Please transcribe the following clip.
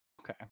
Okay